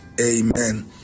Amen